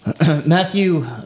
Matthew